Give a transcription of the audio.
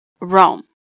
Rome